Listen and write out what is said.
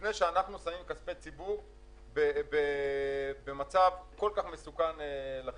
לפני שאנחנו משקיעים כספי ציבור במצב כל כך מסוכן לחברה.